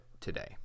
today